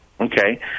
Okay